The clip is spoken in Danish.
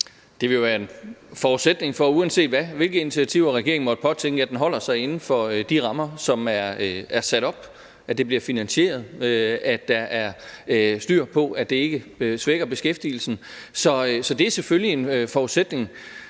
Det vil jo være en forudsætning, uanset hvilke initiativer regeringen måtte påtænke, at den holder sig inden for de rammer, som er sat op, altså at det bliver finansieret, og at der er styr på, at det ikke svækker beskæftigelsen. Så det er selvfølgelig en forudsætning.